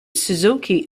suzuki